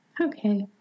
Okay